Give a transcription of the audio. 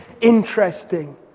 interesting